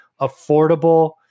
affordable